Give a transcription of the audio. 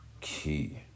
key